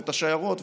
את השיירות,